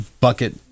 bucket